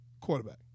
quarterback